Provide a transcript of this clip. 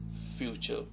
future